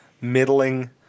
middling